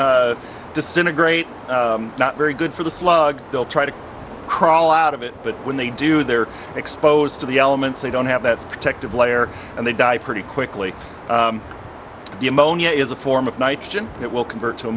to disintegrate not very good for the slug they'll try to crawl out of it but when they do they're exposed to the elements they don't have that protective layer and they die pretty quickly the ammonia is a form of nitrogen it will convert to